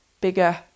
bigger